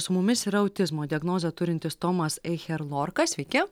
su mumis yra autizmo diagnozę turintis tomas eicherlorka sveiki